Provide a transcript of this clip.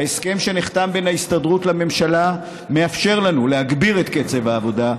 ההסכם שנחתם בין ההסתדרות לממשלה מאפשר לנו להגביר את קצב העבודה,